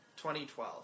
2012